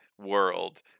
world